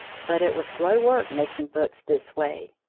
but it was slow work making books this way.